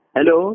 Hello